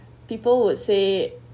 people would say